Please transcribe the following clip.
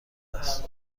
است